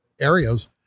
areas